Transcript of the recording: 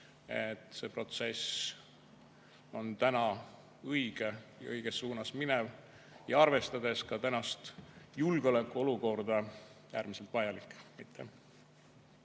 see protsess on õige ja õiges suunas minev, [eriti] arvestades ka tänast julgeolekuolukorda äärmiselt vajalik.